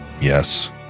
Yes